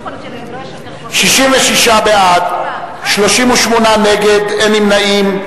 66 בעד, 38 נגד, אין נמנעים.